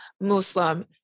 Muslim